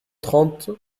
trente